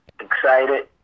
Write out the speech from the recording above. Excited